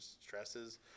stresses